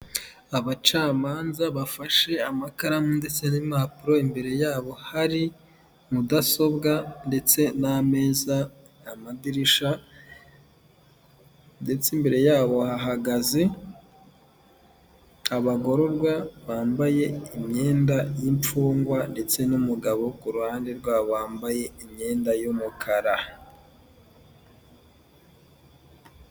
Abacamanza bafashe amakaramu ndetse n'impapuro, imbere yabo hari mudasobwa ndetse n'ameza amadirishya ndetse imbere yabo hahagaze abagororwa bambaye imyenda y'imfungwa ndetse n'umugabo ku ruhande rwabo wambaye imyenda y'umukara.